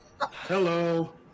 hello